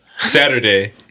Saturday